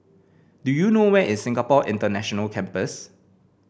do you know where is Singapore International Campus